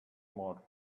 more